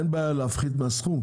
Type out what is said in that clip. אין בעיה להפחית מהסכום,